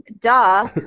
duh